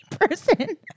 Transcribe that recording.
person